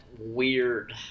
weird